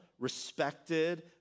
respected